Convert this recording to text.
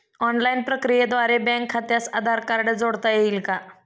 Online प्रक्रियेद्वारे bank खात्यास Aadhaar card जोडता येईल का?